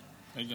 שמעת?